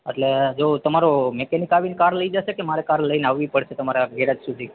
એટલે તમારો મેકેનિક આવી ને કાર લઈ જસે કે મારે કાર લઈને આવવું પડશે તમારા ગેરેજ સુધી